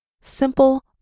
Simple